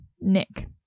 Nick